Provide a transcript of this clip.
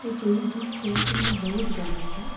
એક એવું ગીત છે જે મને બહુ જ ગમે છે